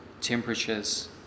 temperatures